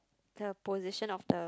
the position of the